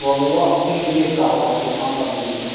व वह किस रेट का होगा जो कम का मिलेगा